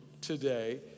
today